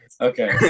Okay